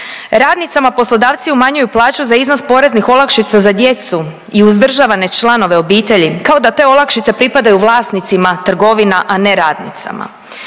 Radnicama poslodavci umanjuju plaću za iznos poreznih olakšica za djecu i uzdržavane članove obitelji kao da te olakšice pripadaju vlasnicima trgovina, a ne radnicama.